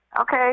Okay